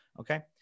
okay